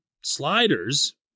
sliders